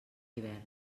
hivern